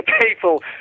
people